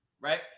right